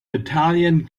italian